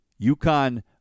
UConn